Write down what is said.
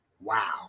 Wow